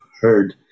heard